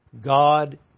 God